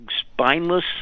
spineless